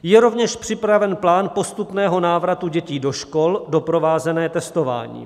Je rovněž připraven plán postupného návratu dětí do škol doprovázený testováním.